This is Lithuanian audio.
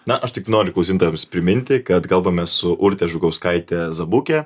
na aš tik noriu klausytojams priminti kad kalbamės su urte žukauskaite zabuke